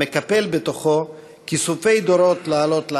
המקפל בתוכו כיסופי דורות לעלות לארץ,